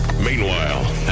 Meanwhile